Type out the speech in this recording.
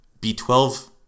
B12